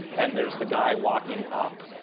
and there's the guy locking up,